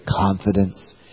confidence